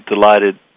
delighted